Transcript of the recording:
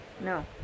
No